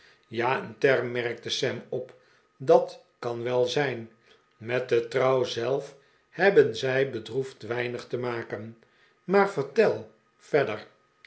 ja een term merkte sam op dat kan wel zijn met de trouw zelf hebben zij bedroefd weinig te maken maar vertel verder